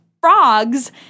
frogs